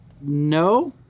No